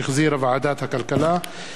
שהחזירה ועדת הכלכלה,